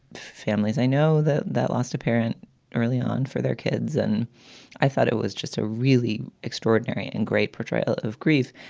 families i know that that lost a parent early on for their kids. and i thought it was just a really extraordinary and great portrayal of grief.